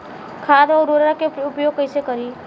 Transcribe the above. खाद व उर्वरक के उपयोग कईसे करी?